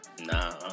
Nah